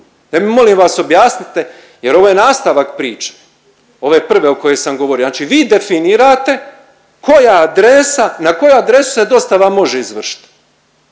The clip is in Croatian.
Daj mi molim vas objasnite jer ono je nastavak priče ove prve o kojoj sam govorio, znači vi definirate koja adresa na koju adresu se dostava može izvršiti.